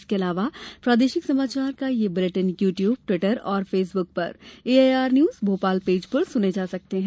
इसके अलावा प्रादेशिक समाचार बुलेटिन यू ट्यूब ट्विटर और फेसबुक पर एआईआर न्यूज भोपाल पेज पर सुने जा सकते हैं